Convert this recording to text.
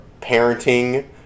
parenting